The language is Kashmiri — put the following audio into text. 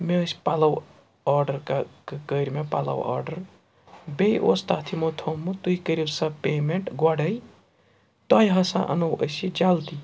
مےٚ ٲسۍ پَلو آرڈَر کٔرۍ مےٚ پَلو آرڈَر بیٚیہِ اوس تَتھ یِمو تھوٚمُت تُہۍ کٔرِو سا پیمٮ۪نٛٹ گۄڈَے تۄہہِ ہسا اَنو أسۍ یہِ جلدی